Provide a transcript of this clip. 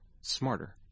smarter